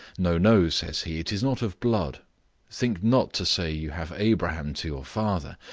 no, no, says he, it is not of blood think not to say you have abraham to your father,